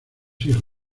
hijos